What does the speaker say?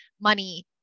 money